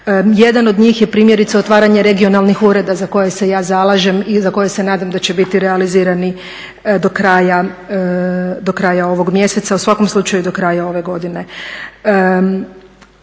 Jedan od njih je primjerice otvaranje regionalnih ureda za koje se ja zalažem i za koje se nadam da će biti realizirani do kraja ovog mjeseca, u svakom slučaju do kraja ove godine.